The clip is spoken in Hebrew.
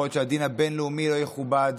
יכול להיות שהדין הבין-לאומי לא יכובד,